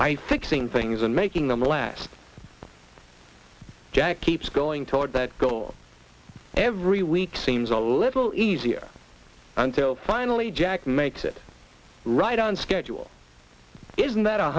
by fixing things and making them last jack keeps going toward that goal every week seems a little easier until finally jack makes it right on schedule isn't that a